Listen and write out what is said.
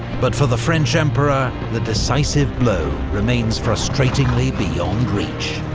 but for the french emperor, the decisive blow remains frustratingly beyond reach.